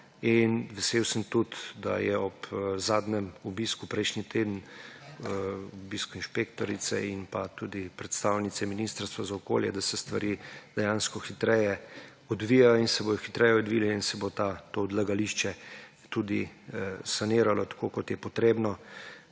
Vesel sem tudi, da se od prejšnjega tedna, od zadnjega obiska inšpektorice in tudi predstavnice Ministrstva za okolje, da se stvari dejansko hitreje odvijajo in se bodo hitreje odvile in se bo to odlagališče tudi sanirano tako, kot je potrebno.